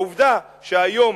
העובדה שהיום